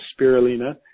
spirulina